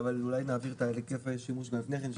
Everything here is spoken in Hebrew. אבל אולי נעביר את היקף השימוש גם לפני כן,